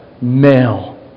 male